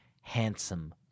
handsome